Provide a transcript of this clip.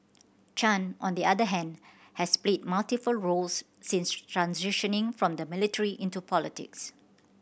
Chan on the other hand has played multiple roles since transitioning from the military into politics